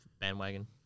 Bandwagon